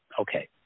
okay